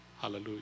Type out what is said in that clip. Hallelujah